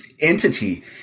entity